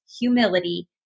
humility